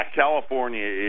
california